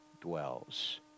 dwells